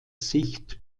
sicht